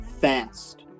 fast